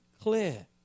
clear